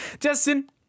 Justin